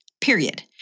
period